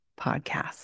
podcast